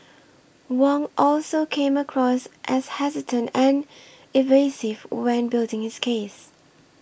Wong also came across as hesitant and evasive when building his case